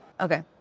Okay